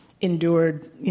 endured